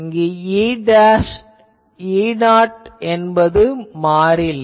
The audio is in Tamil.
இங்கு E0 என்பது மாறிலி